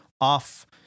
off